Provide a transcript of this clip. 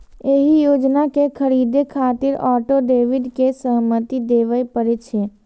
एहि योजना कें खरीदै खातिर ऑटो डेबिट के सहमति देबय पड़ै छै